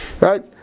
Right